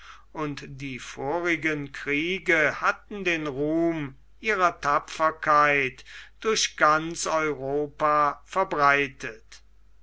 und die vorigen kriege hatten den ruhm ihrer tapferkeit durch ganz europa verbreitet